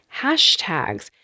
hashtags